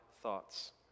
thoughts